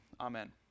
amen